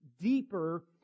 deeper